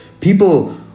People